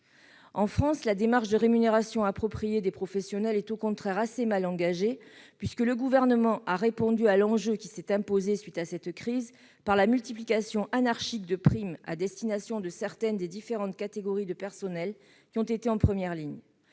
En France, la démarche de rémunération appropriée des professionnels est au contraire assez mal engagée. Le Gouvernement a en effet répondu à l'enjeu qui s'est imposé à la suite de cette crise par la multiplication anarchique de primes à destination de certaines des différentes catégories de personnels qui ont été en première ligne.